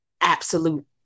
absolute